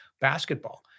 basketball